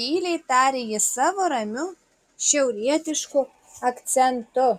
tyliai taria jis savo ramiu šiaurietišku akcentu